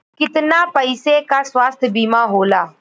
कितना पैसे का स्वास्थ्य बीमा होला?